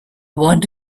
want